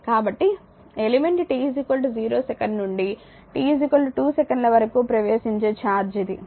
కాబట్టి element t 0 second నుండి t 2 సెకన్ల వరకు ప్రవేశించే ఛార్జ్ ఇది